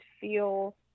feel